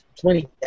Twenty